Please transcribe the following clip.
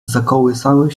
zakołysały